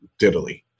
diddly